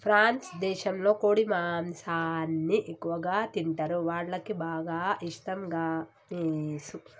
France దేశంలో కోడి మాంసాన్ని ఎక్కువగా తింటరు, వాళ్లకి బాగా ఇష్టం గామోసు